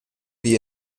wir